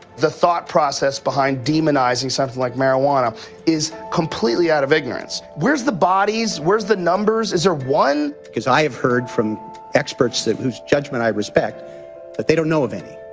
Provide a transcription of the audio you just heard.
the thought process behind demonizing something like marijuana is completely out of ignorance. where's the bodies? where's the numbers? is there one? because i have heard from experts whose judgment i respect that they don't know of any.